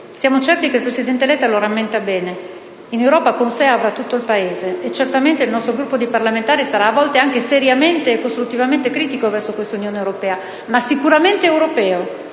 Siamo certi che il presidente Letta lo rammenta bene: in Europa, con sé, avrà tutto il Paese. E, certamente, il nostro gruppo di parlamentari sarà a volte anche seriamente e costruttivamente critico verso questa Unione europea, ma sicuramente europeo